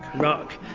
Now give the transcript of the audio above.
rock,